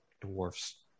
Dwarfs